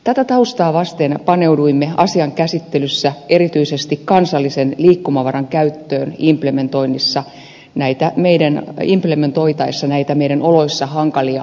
tätä taustaa vasten paneuduimme asian käsittelyssä erityisesti kansallisen liikkumavaran käyttöön implementoitaessa näitä meidän oloissamme hankalia direktiivejä